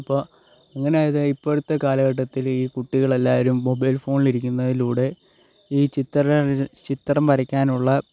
അപ്പോൾ അങ്ങനെ ഇപ്പോഴത്തെ കാലഘട്ടത്തിലെ ഈ കുട്ടികൾ എല്ലാവരും മൊബൈൽ ഫോണിൽ ഇരികുന്നതിലൂടെ ഈ ചിത്രര ചിത്രം വരക്കാനുള്ള